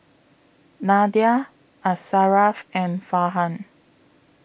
Nadia Asharaff and Farhan